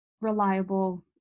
reliable